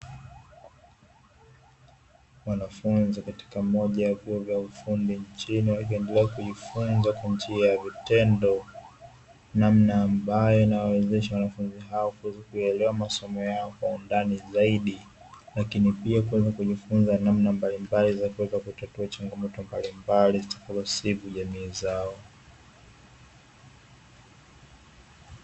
Wanafunzi katika moja ya vyuo vya ufundi nchini, walivyoendelea kujifunza kwa njia ya vitendo namna ambayo inawawezesha wanafunzi hao kuweza kuyaelewa masomo yao kwa undani zaidi, lakini pia kuweza kujifunza namna mbalimbali za kuweza kutatua changamoto mbalimbali zitakazosibu jamii zao.